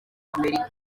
amerika